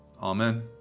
Amen